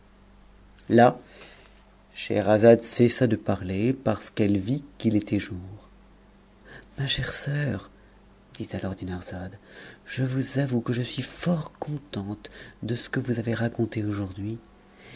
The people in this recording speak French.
là scheherazade cessa de parler parce qu'elle vit qu'il était jour ma chère soeur dit alors dinarzade je vous avoue que je suis fort contente de ce que vous avez raconté aujourd'hui